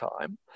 time